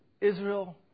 Israel